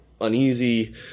uneasy